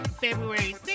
February